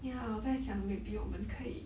ya 我在想 maybe 我们可以